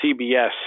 CBS